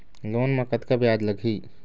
Loan म कतका ब्याज लगही?